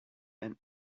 and